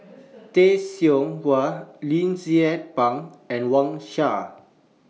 Tay Seow Huah Lim Tze Peng and Wang Sha